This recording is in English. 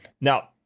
now